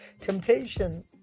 temptation